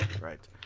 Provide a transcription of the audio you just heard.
Right